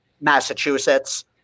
Massachusetts